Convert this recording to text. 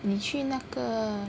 你去那个